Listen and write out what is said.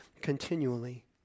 continually